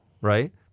Right